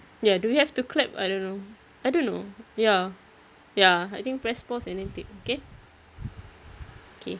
ya do we have to clap I don't know I don't know ya ya I think press pause and then tick okay okay